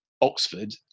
Oxford